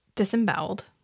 Disemboweled